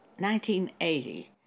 1980